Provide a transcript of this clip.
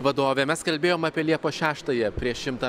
vadovė mes kalbėjom apie liepos šeštąją prieš šimtą